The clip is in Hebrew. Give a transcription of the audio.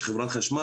שחברת החשמל,